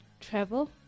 travel